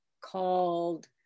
called